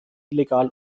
illegal